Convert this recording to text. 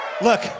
Look